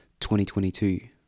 2022